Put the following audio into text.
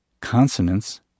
consonants